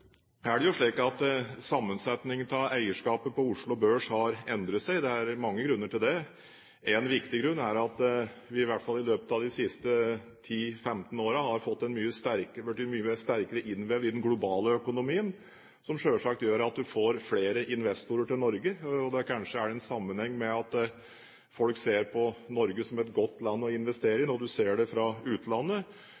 er det jo slik at sammensetningen av eierskapet på Oslo Børs har endret seg. Det er mange grunner til det. Én viktig grunn er at vi, i hvert fall i løpet av de siste 10–15 årene, har blitt mye sterkere innvevd i den globale økonomien, som selvsagt gjør at man får flere investorer til Norge. Det har kanskje en sammenheng med at folk ser på Norge som et godt land å investere